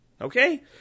Okay